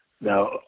Now